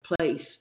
place